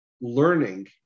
learning